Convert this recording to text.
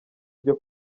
byo